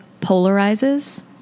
polarizes